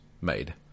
made